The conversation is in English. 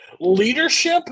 leadership